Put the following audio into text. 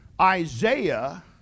Isaiah